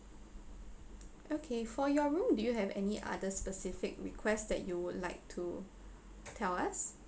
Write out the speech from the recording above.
okay for your room do you have any other specific requests that you would like to tell us